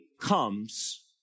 comes